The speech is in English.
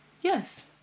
Yes